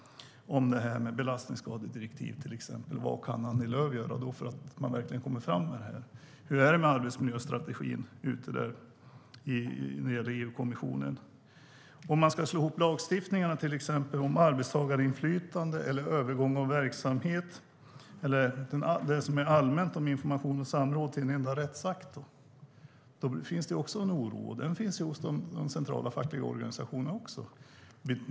Det gäller belastningsskadedirektiv, till exempel. Vad kan Annie Lööf göra så att man verkligen kommer fram med det? Hur är det med arbetsmiljöstrategin när det gäller EU-kommissionen? Om man ska slå ihop lagstiftningarna, till exempel om arbetstagarinflytande, om övergång av verksamhet och det som är allmänt om information och samråd, till en enda rättsakt finns det en oro. Den finns också hos de centrala fackliga organisationerna.